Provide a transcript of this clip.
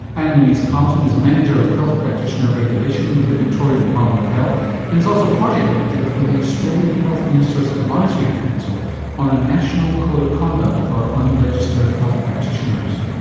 anne-louise carlton is manager of health practitioner regulation with the victorian department of health and is also project manager for the australian health ministers' advisory council on a national code of conduct for unregistered health practitioners.